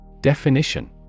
Definition